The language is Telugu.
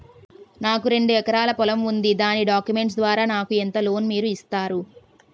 నాకు రెండు ఎకరాల పొలం ఉంది దాని డాక్యుమెంట్స్ ద్వారా నాకు ఎంత లోన్ మీరు ఇస్తారు?